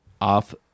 Off